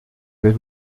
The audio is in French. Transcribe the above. vais